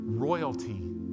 Royalty